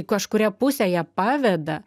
kažkuria puse ją paveda